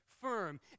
firm